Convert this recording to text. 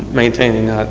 maintaining,